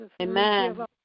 Amen